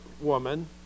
woman